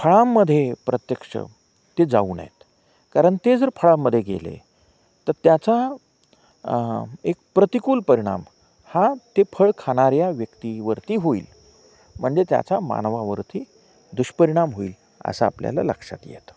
फळांमध्ये प्रत्यक्ष ते जाऊ नयेत कारण ते जर फळांमधे गेले तर त्याचा एक प्रतिकूल परिणाम हा ते फळ खाणाऱ्या व्यक्तीवरती होईल म्हणजे त्याचा मानवावरती दुष्परिणाम होईल असं आपल्याला लक्षात येतं